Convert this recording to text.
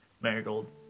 Marigold